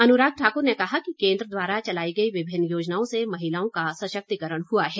अनुराग ठाकुर ने कहा कि केंद्र द्वारा चलाई गई विभिन्न योजनाओं से महिलाओं का सशक्तिकरण हुआ है